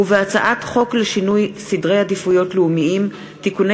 ובהצעת חוק לשינוי סדרי עדיפויות לאומיים (תיקוני